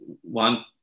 one